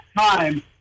time